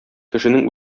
кешенең